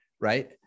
right